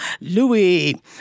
Louis